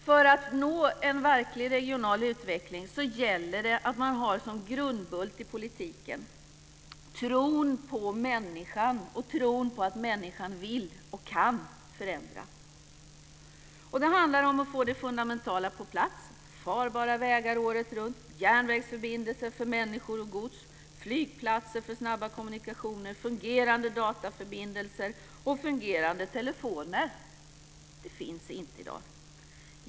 För att nå en verklig regional utveckling gäller det att ha som grundbult i politiken tron på människan och tron på att människan vill och kan förändra. Det handlar om att få det fundamentala på plats, dvs. farbara vägar året runt, järnvägsförbindelser för människor och gods, flygplatser för snabba kommunikationer, fungerande dataförbindelser och fungerande telefoner. Det finns inte i dag.